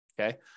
okay